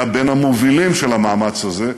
היה בין המובילים של המאמץ הזה,